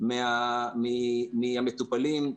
מהמטופלים,